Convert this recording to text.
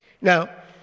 Now